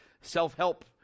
self-help